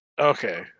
Okay